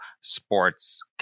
sports